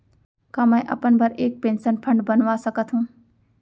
का मैं अपन बर एक पेंशन फण्ड बनवा सकत हो?